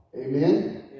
Amen